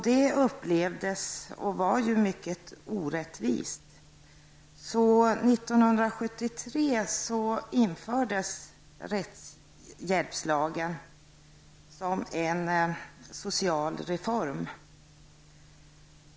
Det upplevdes som -- och var ju -- mycket orättvist, och 1973 infördes rättshjälpslagen som en social reform.